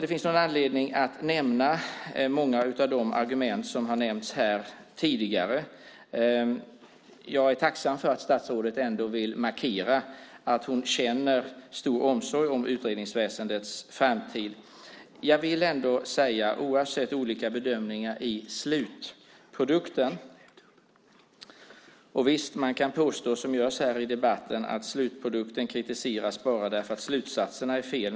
Det finns ingen anledning att ta upp många av de argument som har nämnts här tidigare. Jag är tacksam för att statsrådet ändå vill markera att hon känner stor omsorg om utredningsväsendets framtid. Visst kan man påstå, som man har gjort här i debatten, att slutprodukten kritiseras bara för att slutsatserna är fel.